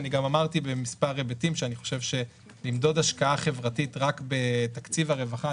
אמרתי גם במספר היבטים שאני חושב שלמדוד השקעה חברתית רק בתקציב הרווחה,